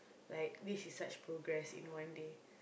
like this is such progress in one day